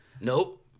Nope